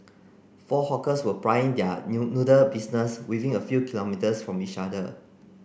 four hawkers were plying their new noodle business within a few kilometres from each other